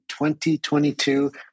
2022